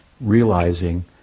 realizing